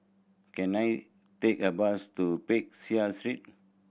can I take a bus to Peck Seah Street